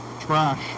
trash